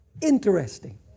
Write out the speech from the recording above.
Interesting